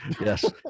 Yes